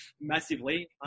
massively